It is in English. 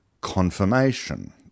confirmation